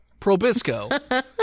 Probisco